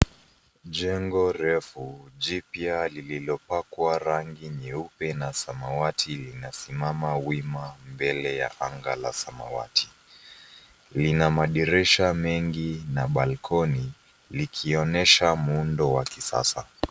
Jengo refu jipya lililopakwa rangi nyeupe na samawati linasimama wima mbele ya anga la samawati. Lina madirisha mengi na balkoni, likionyesha muundo wa kisasa.